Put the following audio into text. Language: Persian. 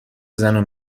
زنو